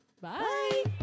Bye